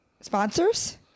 sponsors